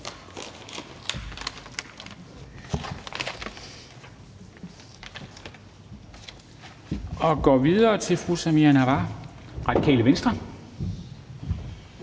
vi går videre til fru Samira Nawa, Radikale Venstre.